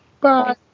Bye